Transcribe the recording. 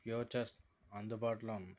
futures అందుబాటులో ఉన్నాయి